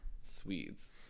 Swedes